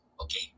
okay